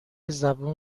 زبون